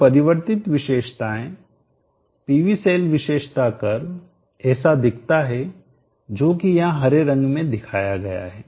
तो परिवर्तित विशेषताएं PV सेल विशेषता कर्व ऐसा दिखता है जो कि यहां हरे रंग में दिखाया गया है